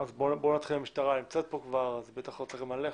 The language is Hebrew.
אתה רוצה להזכיר מה היה?